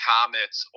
Comets